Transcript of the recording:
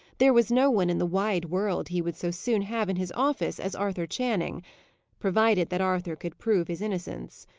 there was no one in the wide world he would so soon have in his office as arthur channing provided that arthur could prove his innocence.